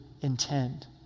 intend